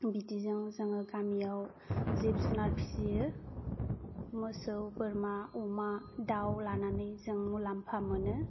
बिदिजों जों गामियाव जिब जुनार फिसियो मोसौ बोरमा अमा दाउ लानानै जों मुलाम्फा मोनो